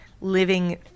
living